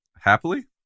happily